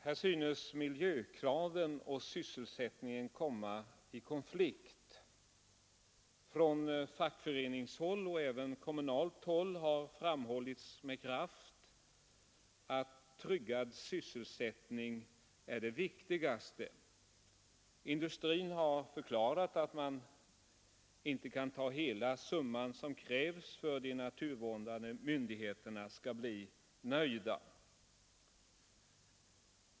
Här synes miljökraven och sysselsättningen komma i konflikt. Från fackföreningshåll och även kommunalt håll har framhållits med kraft att tryggad sysselsättning är det viktigaste. Industrin har förklarat att man inte kan ta hela kostnaden för de åtgärder som krävs för att de naturvårdande myndigheterna skall bli nöjda.